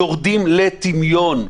יורדים לטמיון.